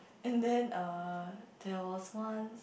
and then err there was once